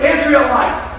Israelites